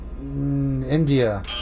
India